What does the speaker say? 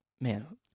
man